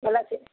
எல்லாம் சேர்த்து